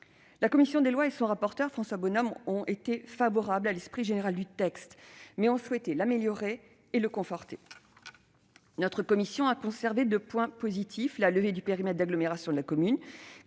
La commission des lois et son rapporteur, M. François Bonhomme, ont été favorables à l'esprit général du texte, mais ont souhaité l'améliorer et le conforter. Notre commission a conservé deux points positifs : la levée du « périmètre d'agglomération de la commune